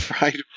right